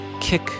kick